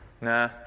Nah